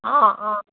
অঁ অঁ